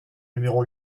numéro